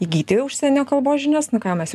įgyti užsienio kalbos žinias nu ką mes